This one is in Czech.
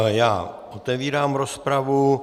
Já otevírám rozpravu.